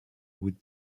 would